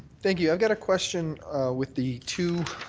thank you. i've got a question with the two